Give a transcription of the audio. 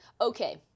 okay